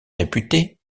réputé